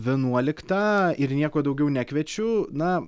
vienuoliktą ir nieko daugiau nekviečiu na